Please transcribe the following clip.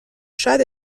شاید